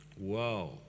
Whoa